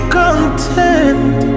content